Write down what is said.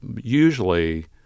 usually